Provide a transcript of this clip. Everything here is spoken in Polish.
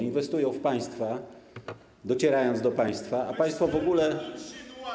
Inwestują w państwa, docierając do państwa, a państwo w ogóle.